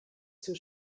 zur